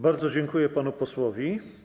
Bardzo dziękuję panu posłowi.